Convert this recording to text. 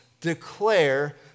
declare